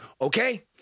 okay